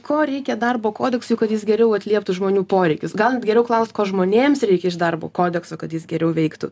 ko reikia darbo kodeksui kad jis geriau atlieptų žmonių poreikius gal net geriau klaust ko žmonėms reikia iš darbo kodekso kad jis geriau veiktų